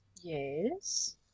Yes